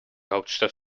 hauptstadt